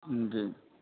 جی